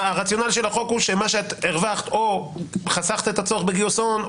הרציונל של החוק הוא שמה שאת הרווחת או חסכת את הצורך בגיוס הון,